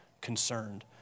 concerned